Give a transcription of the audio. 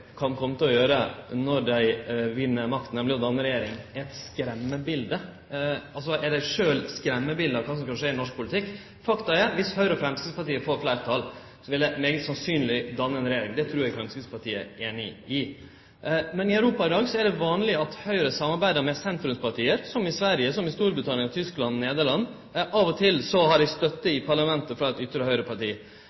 kan kome til å gjere når dei vinn makta, nemleg å danne regjering, er eit skremmebilete. Er dei sjølve skremmebiletet på kva som kan skje i norsk politikk? Fakta er at om Høgre og Framstegspartiet får fleirtal, vil dei svært sannsynleg danne regjering. Det trur eg Framstegspartiet er einig i. I Europa i dag er det vanleg at høgreparti samarbeider med sentrumsparti – som i Sverige, Storbritannia, Tyskland og Nederland. Av og til har dei støtte